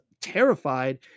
terrified